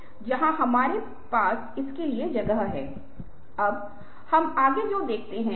फूल और फल इकट्ठा करके इसे भगवान को अर्पित करते हैं